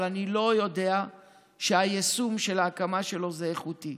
אבל אני לא יודע שהיישום של ההקמה שלו איכותי.